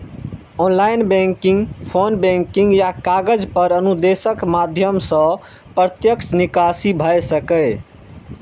online banking, phone banking या कागज पर अनुदेशक माध्यम सं प्रत्यक्ष निकासी भए सकैए